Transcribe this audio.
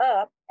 up